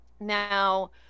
Now